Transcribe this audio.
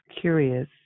curious